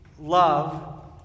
love